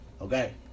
okay